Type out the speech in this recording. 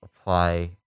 apply